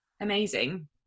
amazing